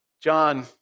John